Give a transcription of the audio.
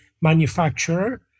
manufacturer